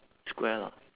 square lah